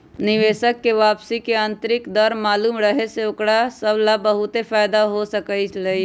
निवेशक स के वापसी के आंतरिक दर मालूम रहे से ओकरा स ला बहुते फाएदा हो सकलई ह